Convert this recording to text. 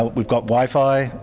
we've got wi-fi,